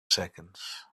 seconds